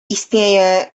istnieję